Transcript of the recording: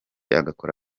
agakora